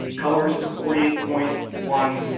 colours forty eight point one,